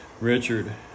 Richard